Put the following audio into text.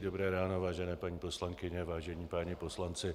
Dobré ráno, vážené paní poslankyně, vážení páni poslanci.